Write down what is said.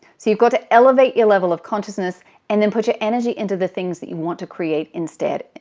you've got to elevate your level of consciousness and then put your energy into the things that you want to create instead.